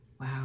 wow